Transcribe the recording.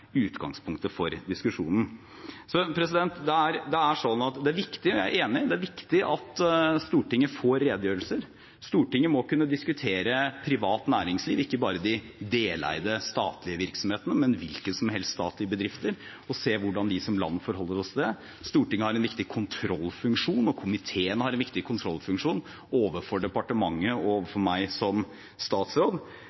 utgangspunktet for diskusjonen. Jeg er enig i at det er viktig at Stortinget får redegjørelser. Stortinget må kunne diskutere privat næringsliv, ikke bare de deleide statlige virksomhetene, men hvilke som helst statlige bedrifter og se hvordan vi som land forholder oss til dem. Stortinget har en viktig kontrollfunksjon, og komiteen har en viktig kontrollfunksjon overfor departementet